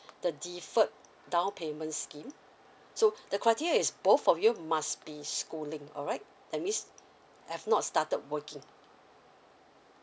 the deferred downpayment scheme so the criteria is both of you must be schooling alright that means have not started working